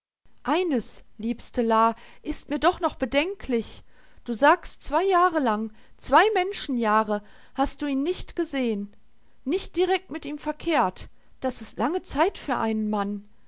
eines liebste la ist mir doch noch bedenklich du sagst zwei jahre lang zwei menschenjahre hast du ihn nicht gesehen nicht direkt mit ihm verkehrt das ist lange zeit für einen mann